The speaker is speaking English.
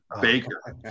Baker